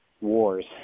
wars